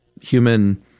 human